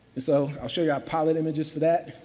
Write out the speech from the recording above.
so, i'll show you our pilot images for that.